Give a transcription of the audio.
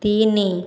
ତିନି